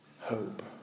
hope